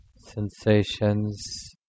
sensations